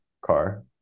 car